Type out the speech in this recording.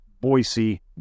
Boise